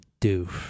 doof